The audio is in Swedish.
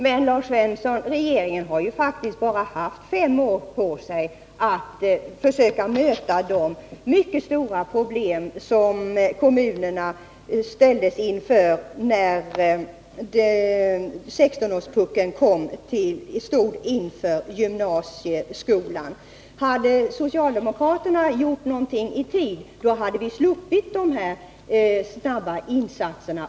Men, Lars Svensson, regeringen har ju faktiskt bara haft fem år på sig för att försöka möta de mycket stora problem som kommunerna ställdes inför när 16-årspuckeln stod inför gymnasieskolan. Hade socialdemokraterna gjort någonting i tid, skulle vi ha sluppit dessa snabba insatser.